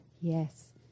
yes